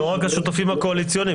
לא רק השותפים הקואליציוניים,